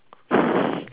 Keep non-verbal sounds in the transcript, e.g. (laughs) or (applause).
(laughs)